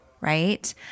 Right